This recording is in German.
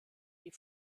die